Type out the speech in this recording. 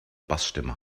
bassstimme